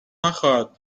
نخواهد